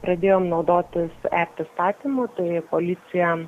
pradėjom naudotis e pristatymu tai policija